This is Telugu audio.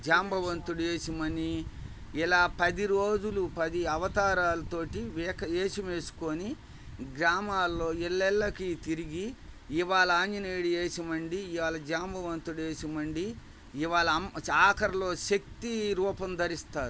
జాంబవంతుడి వేషమని ఇలా పది రోజులు పది అవతారాలతోటి వేషం వేసుకోని గ్రామాల్లో ఇల్లిల్లు తిరిగి ఇవాళ అంజనేయుడి వేషం అండి ఇవాళ జాంబవంతుడి వేషం అండి ఇవాళ ఆఖరిలో శక్తి రూపం ధరిస్తారు